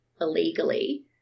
illegally